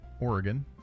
Oregon